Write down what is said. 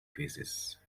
phases